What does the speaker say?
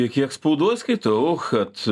tiek kiek spaudoj skaitau kad